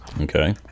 Okay